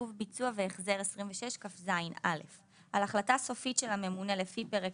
עיכוב ביצוע והחזר על החלטה סופית של הממונה לפי פרק